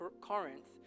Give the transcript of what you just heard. Corinth